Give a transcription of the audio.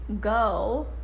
go